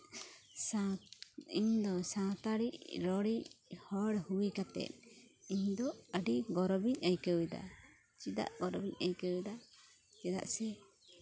ᱤᱧᱫᱚ ᱥᱟᱱᱛᱟᱲᱤ ᱨᱚᱲᱤᱡ ᱦᱚᱲ ᱦᱩᱭ ᱠᱟᱛᱮ ᱤᱧᱫᱚ ᱟᱹᱰᱤ ᱜᱚᱨᱚᱵᱤᱧ ᱟᱹᱭᱠᱟᱹᱣ ᱮᱫᱟ ᱪᱮᱫᱟᱜ ᱜᱚᱨᱚᱵ ᱤᱧ ᱟᱹᱭᱠᱟᱹᱣ ᱮᱫᱟ ᱪᱮᱫᱟᱜ ᱥᱮ